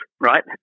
Right